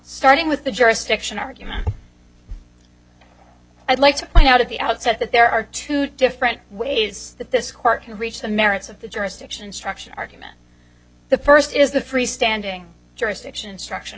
starting with the jurisdiction argument i'd like to point out at the outset that there are two different ways that this court can reach the merits of the jurisdiction instruction argument the first is the freestanding jurisdiction instruction